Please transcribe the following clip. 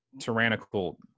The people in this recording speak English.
tyrannical